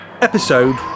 episode